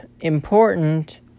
important